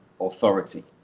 authority